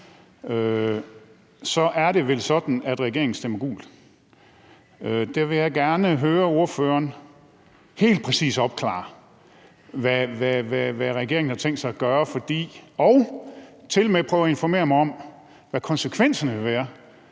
Så er det vel sådan, at regeringen stemmer gult. Jeg vil gerne høre ordføreren helt præcist opklare, hvad regeringen har tænkt sig at gøre, og også prøve at informere mig om, hvad konsekvenserne vil være,